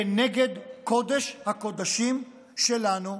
כנגד קודש-הקודשים שלנו.